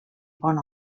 pon